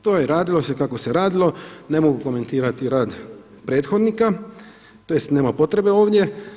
To je radilo se kako se radilo, ne mogu komentirati rad prethodnika, tj. nema potrebe ovdje.